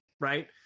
right